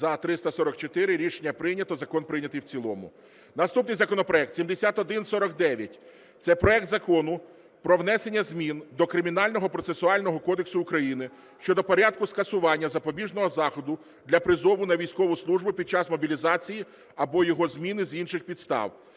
За – 344 Рішення прийнято. Закон прийнятий в цілому. Наступний законопроект – 7149. Це проект Закону про внесення змін до Кримінального процесуального кодексу України щодо порядку скасування запобіжного заходу для призову на військову службу під час мобілізації або його зміни з інших підстав.